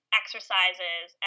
exercises